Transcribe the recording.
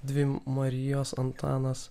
dvi marijos antanas